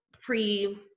pre